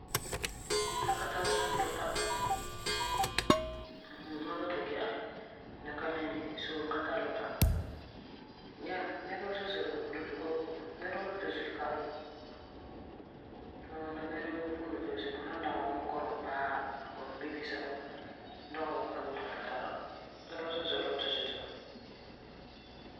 Mam ka tã zuo luta. Mm, ma luti gee aai, la ka nɛ Nini so n ka tã luta. Yeah, nɛreba zo'e zo'e luti oo ho, nɛreba luti zuto kalam mɛ. La ŋwɔni ti nɛrewoo pugum luta zuto mɛ. San dagena bunkureba paa la kɔmbibesi sɛba bɔgereba n ka boti ba luta la. Nɛreba zo'e zo'e luti zuto mɛ.